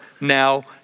now